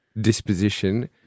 disposition